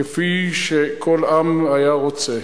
כפי שכל עם היה רוצה.